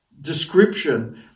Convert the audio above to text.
description